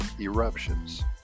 eruptions